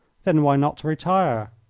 then why not retire?